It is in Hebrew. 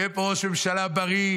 יהיה פה ראש משלה בריא.